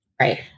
Right